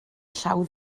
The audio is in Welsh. llaw